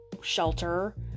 shelter